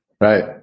right